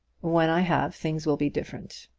when i have, things will be different.